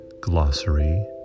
glossary